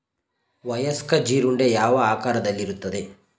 ವಯಸ್ಕ ಜೀರುಂಡೆ ಯಾವ ಆಕಾರದಲ್ಲಿರುತ್ತದೆ?